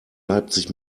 leipzig